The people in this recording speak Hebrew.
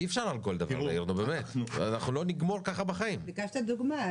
מפגע של זיהום הסביבה?